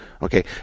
Okay